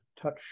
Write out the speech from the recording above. touch